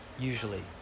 usually